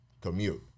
commute